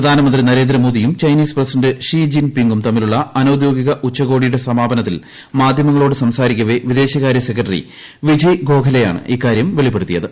പ്രധാനമന്ത്രി നരേന്ദ്രമോദിയും Chinese president Xi ജിൻ പിങും തമ്മിലുള്ള അനൌദ്യോഗിക ഉച്ചകോടിയുടെ സമാപനത്തിൽ മാധ്യമങ്ങളോട് സംസാരിക്കവെ വിദേശകാര്യ സെക്രട്ടറി വിജയ് ഗോഖലെയാണ് ഇക്കാരൃം വെളിപ്പെടുത്തിയത്